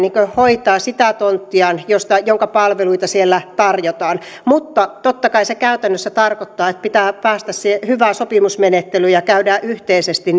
hoitaa sitä tonttiaan jonka palveluita siellä tarjotaan mutta totta kai se käytännössä tarkoittaa että pitää päästä siihen hyvään sopimusmenettelyyn ja käydä yhteisesti